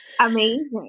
amazing